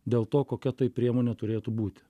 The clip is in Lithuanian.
dėl to kokia tai priemonė turėtų būti